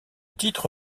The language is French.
titre